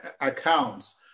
accounts